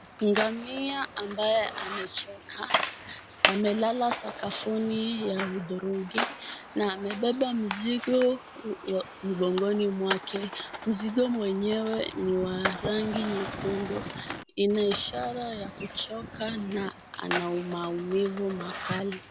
Ngamia ambaye amechoka amelala sakafuni ya hudhurungi na amebeba mzigo mgongoni mwake. Mzigo wenyewe ni wa rangi nyekundu. Ina ishara ya kuchoka na ana maumivu makali